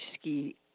ski